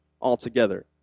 altogether